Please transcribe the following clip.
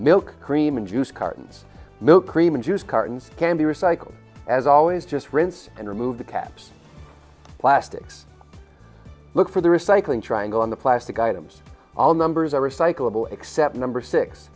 milk cream and juice cartons milk cream and juice cartons can be recycled as always just rinse and remove the caps plastics look for the recycling triangle on the plastic items all numbers are recyclable except number six